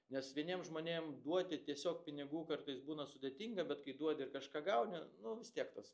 nes vieniem žmonėms duoti tiesiog pinigų kartais būna sudėtinga bet kai duodi ir kažką gauni nu vis tiek tas